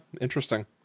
Interesting